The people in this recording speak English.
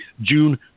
June